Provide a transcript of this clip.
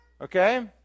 okay